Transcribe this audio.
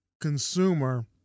consumer